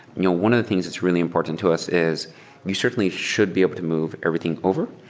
you know one of the things that's really important to us is you certainly should be able to move everything over.